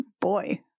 boy